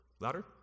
Louder